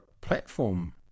platform